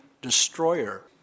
destroyer